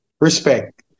Respect